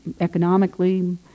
economically